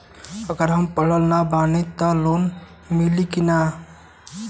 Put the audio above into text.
अगर हम पढ़ल ना बानी त लोन मिली कि ना?